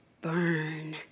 burn